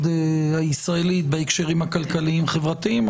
הישראלית בהקשרים הכלכליים חברתיים,